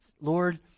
Lord